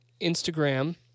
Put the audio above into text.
Instagram